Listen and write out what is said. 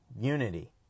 unity